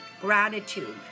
gratitude